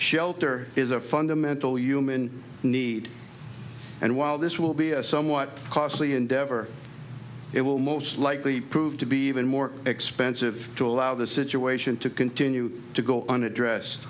shelter is a fundamental human need and while this will be a somewhat costly endeavor it will most likely prove to be even more expensive to allow the situation to continue to go unaddress